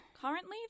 Currently